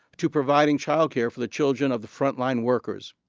to providing childcare for the children of the frontline workers.